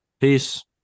Peace